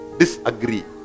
disagree